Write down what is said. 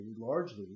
largely